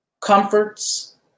Comforts